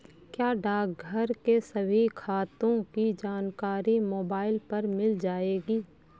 क्या डाकघर के सभी खातों की जानकारी मोबाइल पर मिल जाएगी?